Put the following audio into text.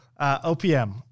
OPM